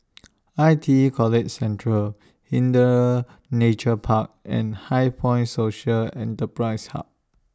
I T E College Central Hindhede Nature Park and HighPoint Social Enterprise Hub